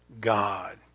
God